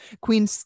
queen